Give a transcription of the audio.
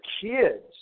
kids